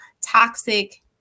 toxic